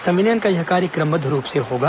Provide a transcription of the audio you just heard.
संविलियन का यह कार्य क्रमबद्व रूप से होगा